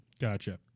Gotcha